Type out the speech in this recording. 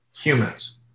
humans